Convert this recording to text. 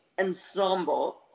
Ensemble